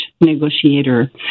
negotiator